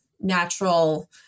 natural